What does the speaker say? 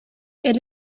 elle